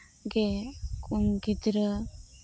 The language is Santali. ᱜᱮ ᱜᱤᱫᱽᱨᱟᱹ